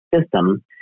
system